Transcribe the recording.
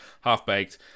Half-Baked